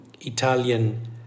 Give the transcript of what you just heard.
Italian